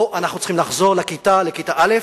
פה אנחנו צריכים לחזור לכיתה א'